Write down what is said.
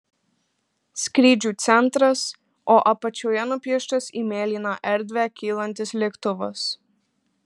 skrydžių centras o apačioje nupieštas į mėlyną erdvę kylantis lėktuvas